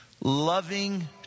Loving